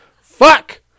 Fuck